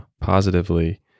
positively